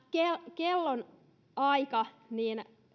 kellonaika niin